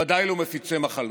ודאי לא מפיצי מחלות,